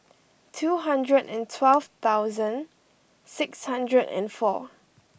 two hundred and twelve thousand six hundred and four